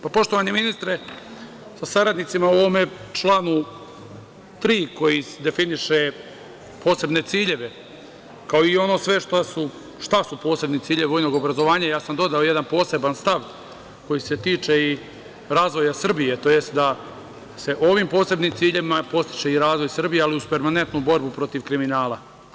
Poštovani ministre sa saradnicima, u ovom članu 3. koji definiše posebne ciljeve, kao i ono sve šta su posebni ciljevi vojnog obrazovanja, ja sam dodao jedan poseban stav koji se tiče i razvoja Srbije, tj. da se ovim posebnim ciljevima podstiče i razvoj Srbije, ali uz permanentnu borbu protiv kriminala.